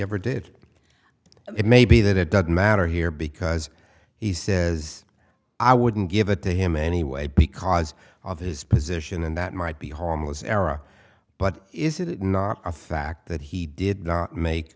ever did it it may be that it doesn't matter here because he says i wouldn't give it to him anyway because of his position and that might be harmless error but is it not a fact that he did not make